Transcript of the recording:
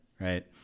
Right